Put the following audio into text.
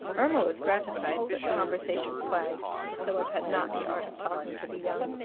irma was gratified but conversation flagged, for philip had not the art of talking to the young.